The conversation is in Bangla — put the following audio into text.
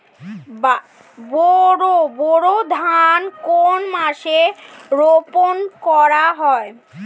বোরো ধান কোন মাসে রোপণ করা হয়?